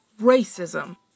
racism